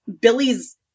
Billy's